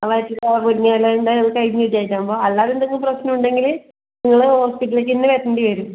ആ വയറ്റിലോ മുരിങ്ങയില ഉണ്ടോ അത് കഴിഞ്ഞിട്ട് ആയിറ്റാമ്പം അല്ലാതെ എന്തെങ്കിലും പ്രശ്നം ഉണ്ടെങ്കില് നിങ്ങള് ഹോസ്പിറ്റലേക്ക് ഇന്ന് വരേണ്ടി വരും